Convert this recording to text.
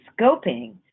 scoping